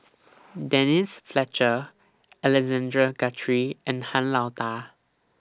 Denise Fletcher Alexander Guthrie and Han Lao DA